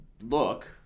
look